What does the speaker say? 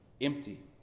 empty